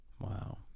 Wow